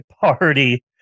Party